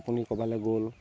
আপুনি ক'ৰবালৈ গ'ল